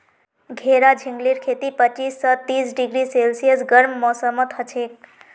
घेरा झिंगलीर खेती पच्चीस स तीस डिग्री सेल्सियस गर्म मौसमत हछेक